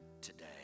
today